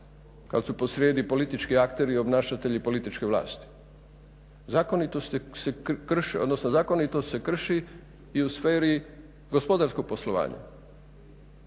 kada su posrijedi politički akteri i obnašatelji političke vlasti. Zakonitost se krši i u sferi gospodarskog poslovanja